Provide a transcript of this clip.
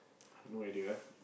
no idea ah